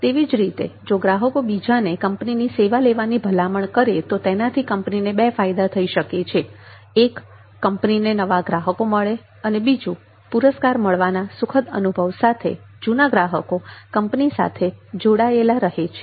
તેવી જ રીતે જો ગ્રાહકો બીજાને કંપની ની સેવા લેવાની ભલામણ કરે તો તેનાથી કંપનીને બે ફાયદા થઈ શકે છે એક કંપનીને નવા ગ્રાહકો મળે અને બીજું પુરસ્કાર મળવાના સુખદ અનુભવ સાથે જૂના ગ્રાહકો કંપની સાથે જોડાયેલા રહે છે